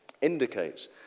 indicates